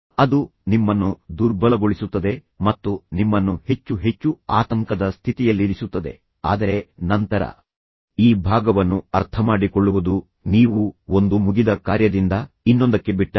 ಅದು ನಿಮ್ಮನ್ನು ದುರ್ಬಲಗೊಳಿಸುತ್ತದೆ ಮತ್ತು ನಿಮ್ಮನ್ನು ಹೆಚ್ಚು ಹೆಚ್ಚು ಆತಂಕದ ಸ್ಥಿತಿಯಲ್ಲಿರಿಸುತ್ತದೆ ಆದರೆ ನಂತರ ಈ ಭಾಗವನ್ನು ಅರ್ಥಮಾಡಿಕೊಳ್ಳುವುದು ನೀವು ಒಂದು ಮುಗಿದ ಕಾರ್ಯದಿಂದ ಇನ್ನೊಂದಕ್ಕೆ ಬಿಟ್ಟಾಗ